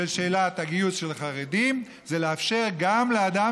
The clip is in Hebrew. לשאלת הגיוס של החרדים זה לאפשר גם לאדם